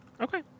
Okay